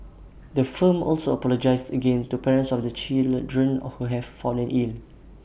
the firm also apologised again to parents of the children who have fallen ill